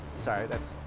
sorry that's